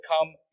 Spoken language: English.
come